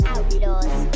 Outlaws